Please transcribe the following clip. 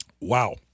Wow